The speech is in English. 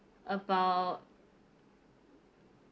about